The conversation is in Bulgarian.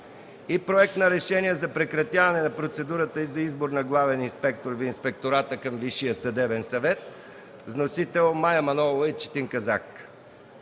и проект на Решение за прекратяване на процедурата за избор на главен инспектор в Инспектората към Висшия съдебен съвет с вносители Мая Манолова и Четин Казак.